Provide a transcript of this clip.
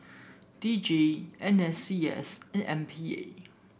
D J N S C S and M P A